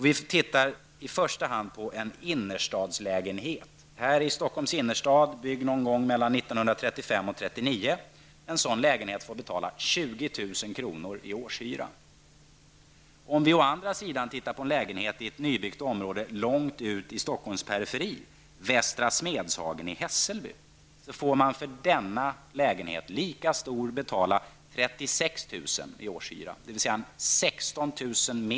Vi tittar först på en lägenhet i 1935 och 1939. För en sådan lägenhet får man betala 20 000 kr. i årshyra. Om vi å andra sidan ser på en lägenhet i ett nybyggt område långt ut i Stockholms periferi, Västra Smedshagen i Hässelby, får man för en lika stor lägenhet betala 36 000 kr. i årshyra, dvs. 16 000 kr.